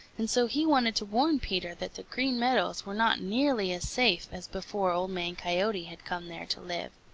and so he wanted to warn peter that the green meadows were not nearly as safe as before old man coyote had come there to live.